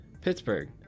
Pittsburgh